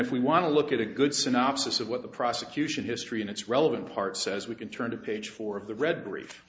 if we want to look at a good synopsis of what the prosecution history and its relevant part says we can turn to page four of the read brief